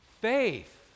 faith